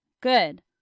Good